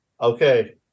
Okay